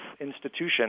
institution